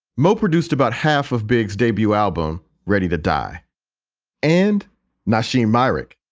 mo produced about half of big's debut album, ready to die and nosheen. myrick.